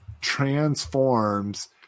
transforms